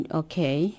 okay